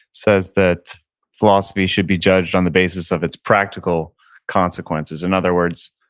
says that philosophy should be judged on the basis of its practical consequences, in other words,